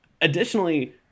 Additionally